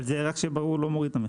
רק שיהיה ברור, זה לא מוריד את המחיר.